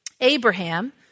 Abraham